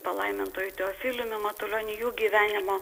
palaimintuoju teofiliumi matulioniu jų gyvenimo